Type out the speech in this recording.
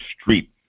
street